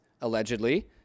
allegedly